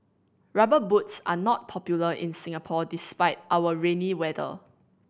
Rubber Boots are not popular in Singapore despite our rainy weather